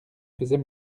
faisait